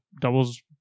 doubles